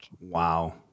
Wow